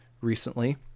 recently